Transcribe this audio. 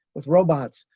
with robots,